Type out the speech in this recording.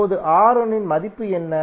இப்போது ஆர் 1 இன் மதிப்பு என்ன